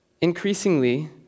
Increasingly